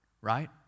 Right